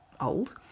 old